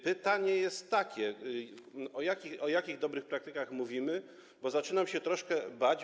Pytanie jest takie: O jakich dobrych praktykach mówimy, bo zaczynam się troszkę bać.